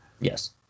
Yes